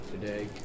today